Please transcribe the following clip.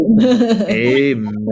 Amen